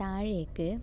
താഴേക്ക്